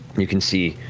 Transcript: you can see